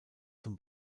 zum